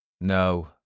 No